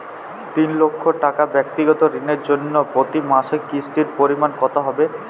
তিন লক্ষ টাকা ব্যাক্তিগত ঋণের জন্য প্রতি মাসে কিস্তির পরিমাণ কত হবে?